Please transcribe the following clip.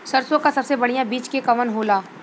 सरसों क सबसे बढ़िया बिज के कवन होला?